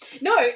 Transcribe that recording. no